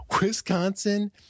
Wisconsin